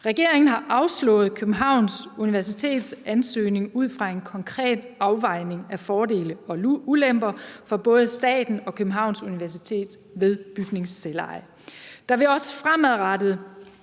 Regeringen har afslået Københavns Universitets ansøgning ud fra en konkret afvejning af fordele og ulemper for både staten og Københavns Universitet ved bygningsselveje.